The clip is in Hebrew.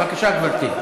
בבקשה, גברתי.